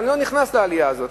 אבל אני לא נכנס לעלייה הזאת,